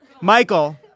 Michael